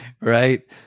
right